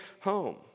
home